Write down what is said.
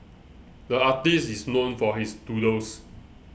the artist is known for his doodles